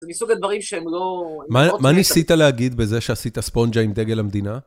זה מסוג הדברים שהם לא... מה ניסית להגיד בזה שעשית ספונג'ה עם דגל המדינה?